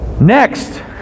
Next